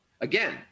Again